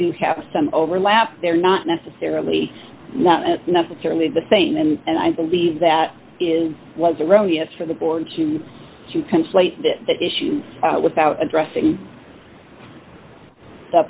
do have some overlap they're not necessarily not necessarily the same and i believe that is was erroneous for the board to use to conflate that issue without addressing the